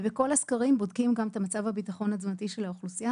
ובכל הסקרים בודקים גם את מצב הביטחון התזונתי של האוכלוסייה,